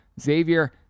xavier